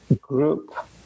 Group